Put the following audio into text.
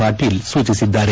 ಪಾಟೀಲ್ ಸೂಚಿಸಿದ್ದಾರೆ